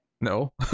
No